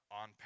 on